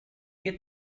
get